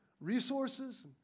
resources